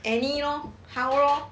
any lor how lor